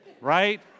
Right